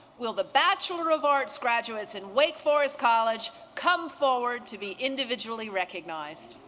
will the bachelor of arts graduates in wake forest college come forward to be individually recognized.